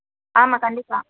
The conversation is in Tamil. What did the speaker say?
ஆமாம் கண்டிப்பாக